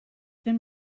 been